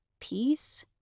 Peace